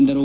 ಎಂದರು